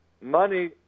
Money